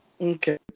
Okay